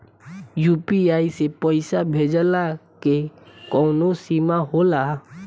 UPI से पईसा भेजल के कौनो सीमा होला?